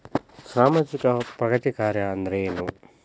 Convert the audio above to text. ಸಾಮಾಜಿಕ ಪ್ರಗತಿ ಕಾರ್ಯಾ ಅಂದ್ರೇನು?